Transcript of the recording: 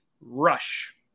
Rush